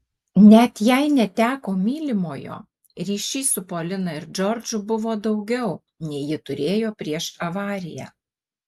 net jei neteko mylimojo ryšys su polina ir džordžu buvo daugiau nei ji turėjo prieš avariją